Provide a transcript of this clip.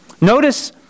Notice